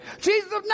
Jesus